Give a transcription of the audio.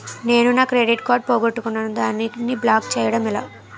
నేను నా credit card పోగొట్టుకున్నాను దానిని బ్లాక్ చేయడం ఎలా?